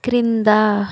క్రింద